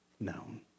known